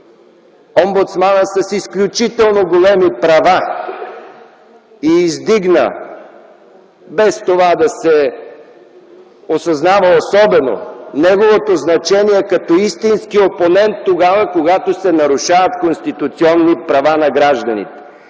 омбудсмана с изключително големи права и издигна, без това да се осъзнава особено, неговото значение като истински опонент, когато се нарушават конституционни права на граждани;